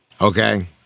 Okay